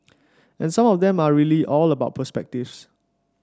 and some of them are really all about perspectives